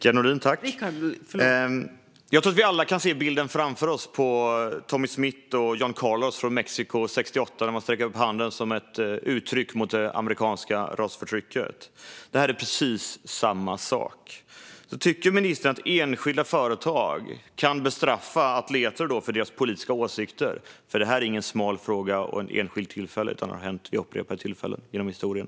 Fru talman! Jag tror att vi alla kan se framför oss bilden av Tommie Smith och John Carlos på OS i Mexiko 1968 när de sträcker upp handen i protest mot det amerikanska rasförtrycket. Detta är precis samma sak. Tycker ministern att enskilda företag kan bestraffa atleter för deras politiska åsikter? Detta är ingen smal fråga eller ett enskilt tillfälle, utan det har hänt upprepade gånger genom historien.